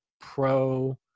pro